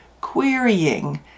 querying